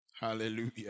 Hallelujah